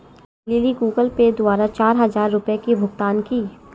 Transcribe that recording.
lily Google Pay द्वारा चार हजार रुपए की भुगतान की